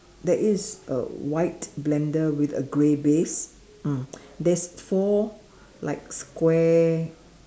there is a white blender with a grey base mm there's four like square